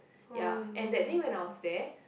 ya and that day when I was there